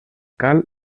cal